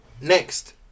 Next